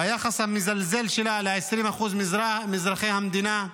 ביחס המזלזל שלה ל-20% מאזרחי המדינה,